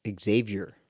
Xavier